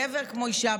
גבר כמו אישה,